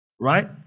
Right